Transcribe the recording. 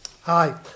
Hi